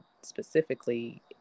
specifically